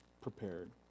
prepared